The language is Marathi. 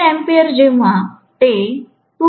10A जेव्हा ते 2